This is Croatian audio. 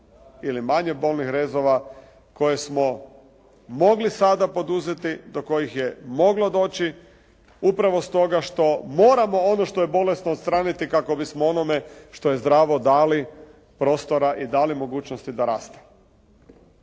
ili manje bolnih rezova koje smo mogli sada poduzeti, do kojih je moglo doći, upravo stoga što moramo ono što je bolesno kako bismo onome što je zdravo dali prostora i dali mogućnosti da raste.